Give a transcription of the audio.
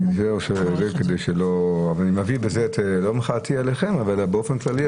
ואני מביע בזה לא את מחאתי אליכם אלא באופן כללי,